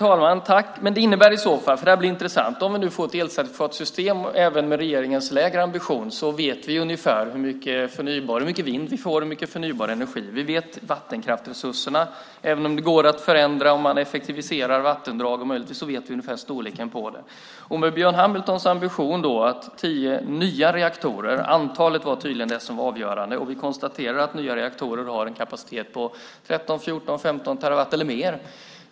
Herr talman! Det innebär i så fall - detta blir intressant - att om vi nu får ett elcertifikatssystem även med regeringens lägre ambition vet vi ungefär hur mycket vindkraft och förnybar energi vi får. Vi vet ungefär hur stora vattenkraftsresurserna är även om det går att förändra om man effektiviserar och vattendrag. Björn Hamiltons ambition är tio nya reaktorer. Antalet var tydligen det som var avgörande. Vi konstaterar att nya reaktorer har en kapacitet på 13, 14, 15 terawattimmar eller mer.